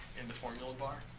in the formula bar.